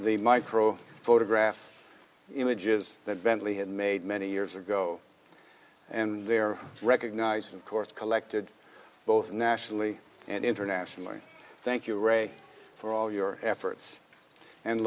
the micro photograph images that bentley had made many years ago and they're recognizing of course collected both nationally and internationally thank you ray for all your efforts and